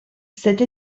cette